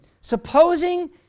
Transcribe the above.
supposing